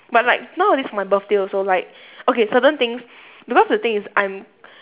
but like nowadays my birthday also like okay certain things because the thing is I'm